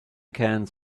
cans